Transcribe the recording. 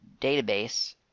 database